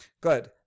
Good